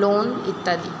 loan ইত্যাদি